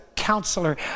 counselor